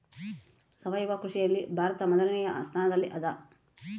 ಸಾವಯವ ಕೃಷಿಯಲ್ಲಿ ಭಾರತ ಮೊದಲನೇ ಸ್ಥಾನದಲ್ಲಿ ಅದ